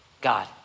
God